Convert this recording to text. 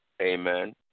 Amen